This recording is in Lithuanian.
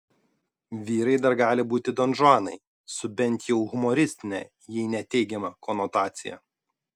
vyrai dar gali būti donžuanai su bent jau humoristine jei ne teigiama konotacija